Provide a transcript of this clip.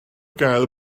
gael